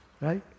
right